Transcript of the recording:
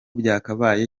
byakabaye